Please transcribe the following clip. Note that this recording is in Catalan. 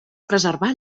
preservar